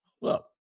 Look